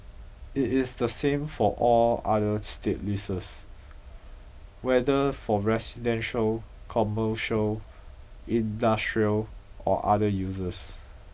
it is the same for all other state leases whether for residential commercial industrial or other uses